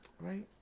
right